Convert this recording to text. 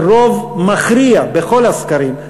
בכל הסקרים,